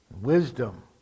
Wisdom